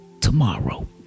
tomorrow